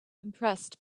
impressed